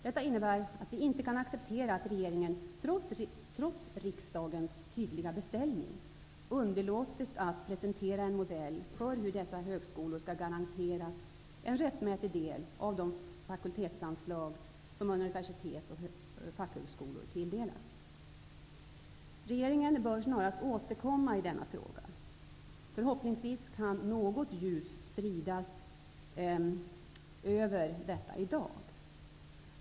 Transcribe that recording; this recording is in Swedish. Detta innebär att vi inte kan acceptera att regeringen, trots riksdagens tydliga beställning, underlåtit att presentera en modell för hur dessa högskolor skall garanteras en rättmätig del av de fakultetsanslag som universitet och fackhögskolor tilldelas. Regeringen bör snarast återkomma i denna fråga. Förhoppningsvis kan något ljus spridas över detta i dag.